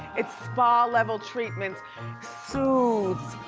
it's spa level treatments sooths,